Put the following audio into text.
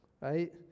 right